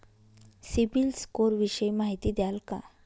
CIBIL score विषयी माहिती द्याल का?